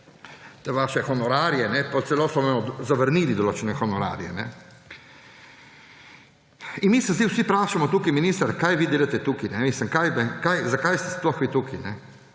te svoje honorarje, pa celo zavrnili so vam določene honorarje. In mi se zdaj vsi vprašamo tukaj, minister, kaj vi delate tukaj. Zakaj ste sploh vi tukaj?